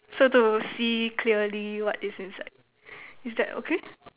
so to see clearly what is inside is that okay